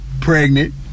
pregnant